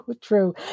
True